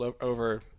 over